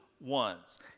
ones